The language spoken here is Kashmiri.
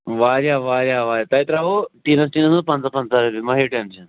واریاہ واریاہ واریاہ تۄہہِ ترٛاوہو ٹیٖنَس ٹیٖنَس منٛز پَنٛژاہ پَنٛژاہ رۄپیہِ مہٕ ہیٚیِو ٹٮ۪نشَن